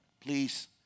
Please